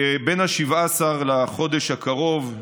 בין 17 לחודש הקרוב,